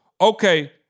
okay